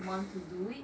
want to do it